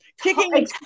kicking